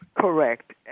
Correct